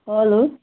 hello